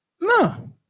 No